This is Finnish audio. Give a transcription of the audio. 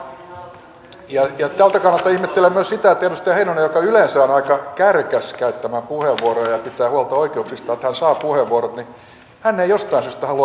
tältä kannalta ihmettelen myös sitä että edustaja heinonen joka yleensä on aika kärkäs käyttämään puheenvuoroja ja pitää huolta oikeuksistaan että hän saa puheenvuorot ei jostain syystä halua nyt puhua ollenkaan